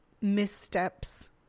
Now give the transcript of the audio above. missteps